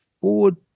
forward